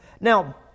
Now